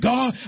God